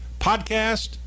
podcast